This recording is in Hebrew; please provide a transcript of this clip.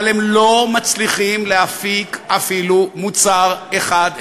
אבל הם לא מצליחים להפיק אפילו מוצר אחד הגיוני.